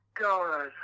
God